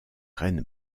reine